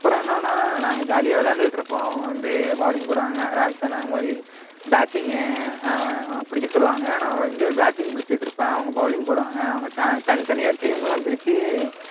அப்புறம் என்னன்னா நாங்கள் ஜாலியாக விளாண்டுட்டு இருப்போம் அவங்க வந்து பவுலிங் போடுவாங்க ராஜேஷ் அண்ணன் போய் பேட்டிங்கு பிடிக்க சொல்வாங்க நான் வந்து பேட்டிங் பிடிச்சிட்ருப்பேன் அவங்க பவ்லிங் போடுவாங்க அவங்க தனித்தனியாக டீம்லாம் பிரித்து